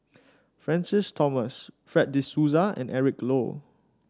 Francis Thomas Fred De Souza and Eric Low